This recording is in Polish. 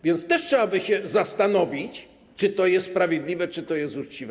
Więc też trzeba by się zastanowić, czy to jest sprawiedliwe, czy to jest uczciwe.